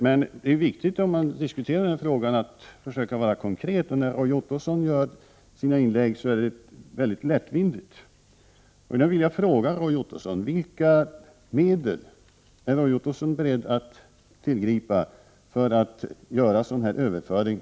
Men när man diskuterar denna fråga är det viktigt att försöka vara konkret, och Roy Ottosson gör sina inlägg på ett lättvindigt sätt. Därför vill jag fråga Roy Ottosson följande: Vilka medel är Roy Ottosson beredd att tillgripa för att göra denna drastiska överföring?